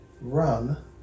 Run